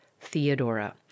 Theodora